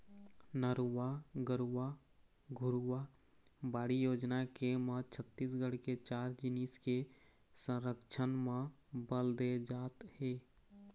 नरूवा, गरूवा, घुरूवा, बाड़ी योजना के म छत्तीसगढ़ के चार जिनिस के संरक्छन म बल दे जात हे